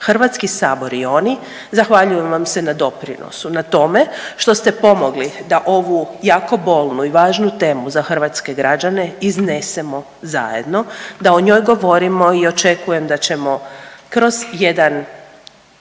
Hrvatski sabor i oni. Zahvaljujem vam se na doprinosu, na tome što ste pomogli da ovu jako bolnu i važnu temu za hrvatske građane iznesemo zajedno, da o njoj govorimo i očekujem da ćemo kroz jedan